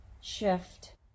shift